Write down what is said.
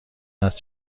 است